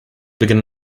begin